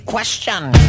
Question